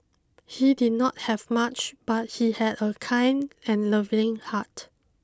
he did not have much but he had a kind and loving heart